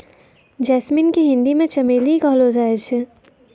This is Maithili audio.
जैस्मिन के हिंदी मे चमेली कहलो जाय छै